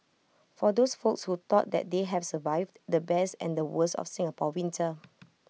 for those folks who thought that they have survived the best and the worst of Singapore winter